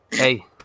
Hey